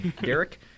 Derek